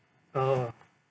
ah